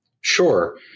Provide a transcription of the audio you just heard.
Sure